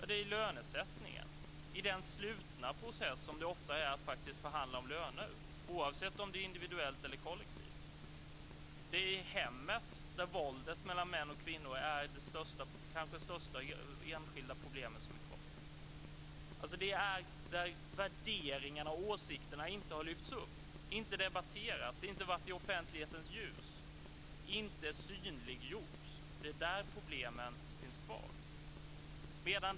Ja, det är i lönesättningen, i den slutna process som det ofta är att förhandla om löner, oavsett om det är individuellt eller kollektivt. Det är i hemmet, där våldet mellan män och kvinnor är det kanske största enskilda problemet som är kvar. Det är där värderingarna och åsikterna inte har lyfts upp, inte har debatterats, inte har varit i offentlighetens ljus och inte synliggjorts som problemen finns kvar.